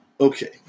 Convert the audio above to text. Okay